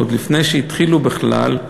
עוד לפני שהתחילו בכלל,